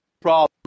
problem